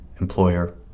employer